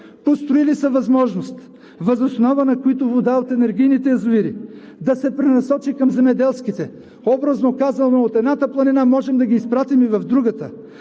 Построили са възможности, въз основа на които вода от енергийните язовири да се пренасочи към земеделските. Образно казано, от едната планина можем да ги изпратим и в другата.